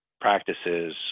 practices